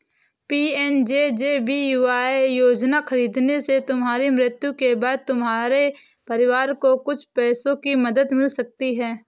PMJJBY योजना खरीदने से तुम्हारी मृत्यु के बाद तुम्हारे परिवार को कुछ पैसों की मदद मिल सकती है